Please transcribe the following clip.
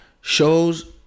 Shows